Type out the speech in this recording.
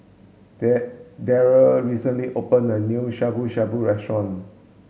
Deryl recently opened a new Shabu Shabu restaurant